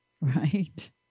Right